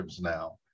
now